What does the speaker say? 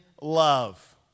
love